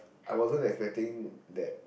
I wasn't expecting that